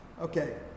Okay